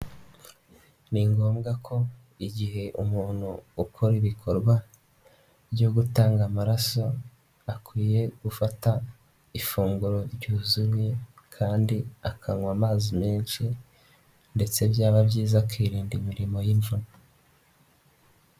Ni ngombwa ko igihe umuntu ukora ibikorwa byo gutanga amaraso akwiye gufata ifunguro ryuzuye kandi akanywa amazi menshi ndetse byaba byiza akirinda imirimo y'imvune.